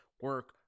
Work